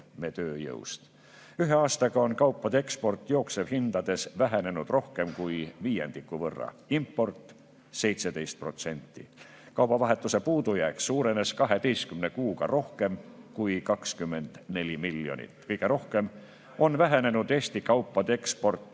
Ühe aastaga on kaupade eksport jooksevhindades vähenenud rohkem kui viiendiku võrra, import 17%. Kaubavahetuse puudujääk suurenes 12 kuuga rohkem kui 24 miljonit. Kõige rohkem on vähenenud Eesti kaupade eksport